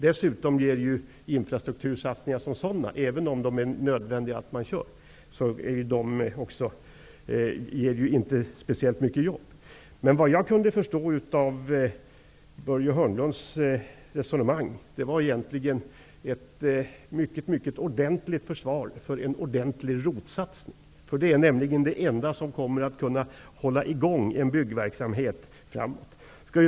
Dessutom ger infrastruktursatsningarna som sådana, även om de är nödvändiga, inte speciellt många nya jobb. Vad jag kunde förstå av Börje Hörnlunds resonemang var att där fanns ett ordentligt försvar för en ordentlig ROT-satsning. Det är det enda som kommer att kunna hålla i gång en byggverksamhet framöver.